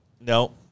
No